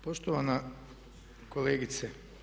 Poštovana kolegice.